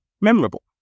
memorable